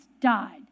died